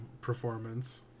performance